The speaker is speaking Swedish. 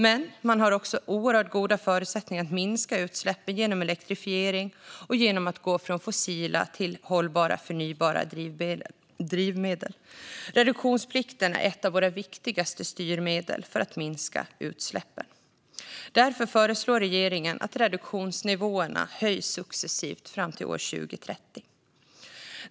Men man har också oerhört goda förutsättningar att minska sina utsläpp genom elektrifiering och genom att gå från fossila till hållbara förnybara drivmedel. Reduktionsplikten är ett av våra viktigaste styrmedel för att minska utsläppen. Därför föreslår regeringen att reduktionsnivåerna höjs successivt till 2030.